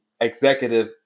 executive